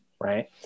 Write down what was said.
right